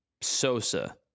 Sosa